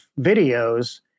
videos